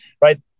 right